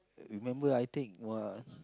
uh remember I take what